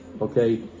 okay